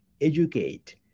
educate